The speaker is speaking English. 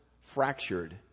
fractured